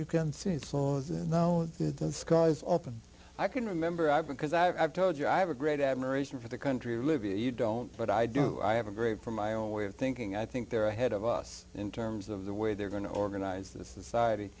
skies open i can remember i because i've told you i have a great admiration for the country live you don't but i do i have a great for my own way of thinking i think they're ahead of us in terms of the way they're going to organize the society